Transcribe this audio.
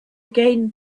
again